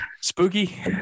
spooky